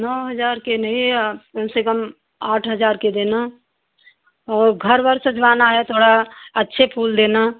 नौ हजार के नहीं कम से कम आठ हजार के देना औ घर वर सजवाना है थोड़ा अच्छे फूल देना